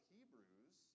Hebrews